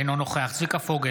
אינו נוכח צביקה פוגל,